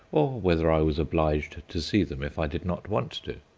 or whether i was obliged to see them if i did not want to.